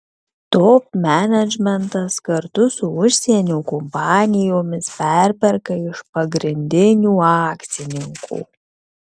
top menedžmentas kartu su užsienio kompanijomis perperka iš pagrindinių akcininkų